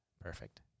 perfect